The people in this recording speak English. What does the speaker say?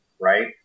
right